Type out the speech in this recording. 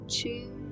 two